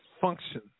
function